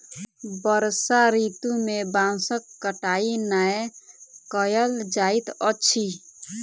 वर्षा ऋतू में बांसक कटाई नै कयल जाइत अछि